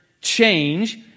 change